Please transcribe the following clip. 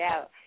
out